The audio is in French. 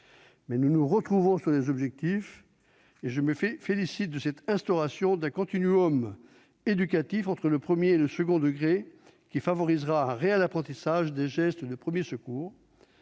dit, nous nous rejoignons quant aux objectifs et je me félicite de l'instauration d'un continuum éducatif entre le premier degré et le second, qui favorisera un réel apprentissage des gestes de premiers secours.